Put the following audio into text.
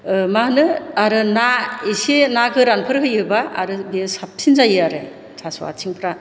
मा होनो आरो ना एसे ना गोरानफोर होयोब्ला आरो बेयो साबसिन जायो आरो थास' आथिंफोरा